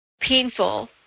painful